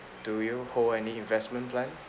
do you hold any investment plan